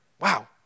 Wow